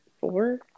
four